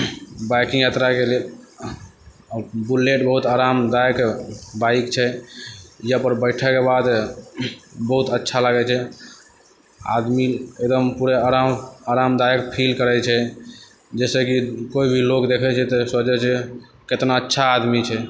बाकी यात्राके लिये बुलेट बहुत आरामदायक बाइक छै यहाँपर बैठेके बाद बहुत अच्छा लागै छै आदमी एकदम पूरे आराम आरामदायक फील करै छै जाहिसँ कोइ भी लोग देखै छै तऽ सोचै छै कितना अच्छा आदमी छै